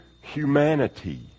humanity